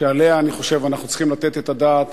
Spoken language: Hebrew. שאני חושב שאנחנו צריכים לתת עליה את הדעת